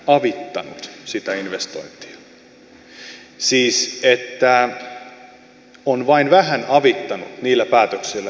siis että on vain vähän avittanut niillä päätöksillä joita on tehty